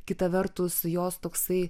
kita vertus jos toksai